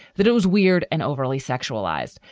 that it was weird and overly sexualized,